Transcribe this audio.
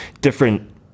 different